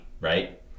right